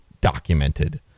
documented